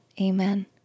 Amen